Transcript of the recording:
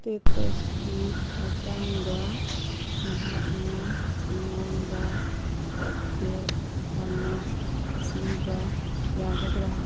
ꯏꯁꯇꯦꯇꯁꯀꯤ ꯃꯇꯥꯡꯗ ꯅꯍꯥꯛꯅ ꯑꯩꯉꯣꯟꯗ ꯑꯞꯗꯦꯗ ꯑꯃ ꯄꯤꯕ ꯌꯥꯒꯗ꯭ꯔꯥ